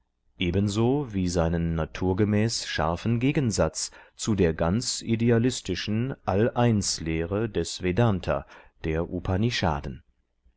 ebenso wie seinen naturgemäß scharfen gegensatz zu der ganz idealistischen all eins lehre des vednta der